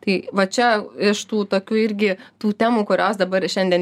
tai va čia iš tų tokių irgi tų temų kurios dabar šiandien